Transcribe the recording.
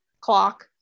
clock